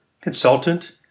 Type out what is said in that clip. consultant